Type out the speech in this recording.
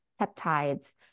peptides